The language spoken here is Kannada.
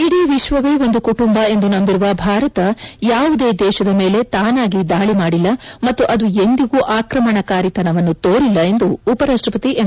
ಇಡೀ ವಿಶ್ವವೇ ಒಂದು ಕುಟುಂಬ ಎಂದು ನಂಬಿರುವ ಭಾರತ ಯಾವುದೇ ದೇಶದ ಮೇಲೆ ತಾನಾಗಿ ದಾಳಿ ಮಾಡಿಲ್ಲ ಮತ್ತು ಅದು ಎಂದಿಗೂ ಆಕ್ರಮಣಕಾರಿತನವನ್ನು ತೋರಿಲ್ಲ ಎಂದು ಉಪ ರಾಷ್ಷಪತಿ ಎಂ